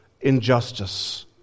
injustice